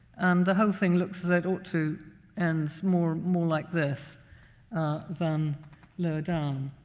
and the whole thing looks as it ought to end more more like this than lower down.